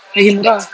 boleh juga ah